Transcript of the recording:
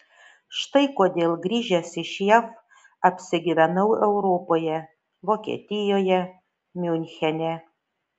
štai kodėl grįžęs iš jav apsigyvenau europoje vokietijoje miunchene